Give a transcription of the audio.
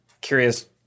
curious